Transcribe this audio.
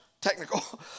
technical